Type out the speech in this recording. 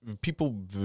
people